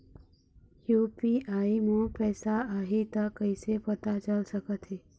UPI म पैसा आही त कइसे पता चल सकत हे?